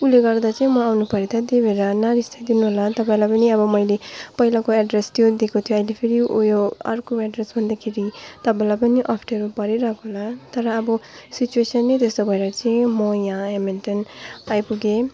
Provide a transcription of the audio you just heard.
उसले गर्दा चाहिँ म आउनु परेथ्यो त्यही भएर नरिसाइदिनुहोला तपाईँहरूलाई पनि अब मैले पहिलाको एड्रेस त्यो दिएको थियो अहिले फेरि उ यो अर्को एड्रेस हुँदाखेरि तपाईँलाई पनि अप्ठ्यारो परिरहेको होला तर अब सिचुवेसन नै त्यस्तो भएर चाहिँ म यहाँ हेमिल्टन आइपुगेँ